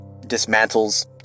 dismantles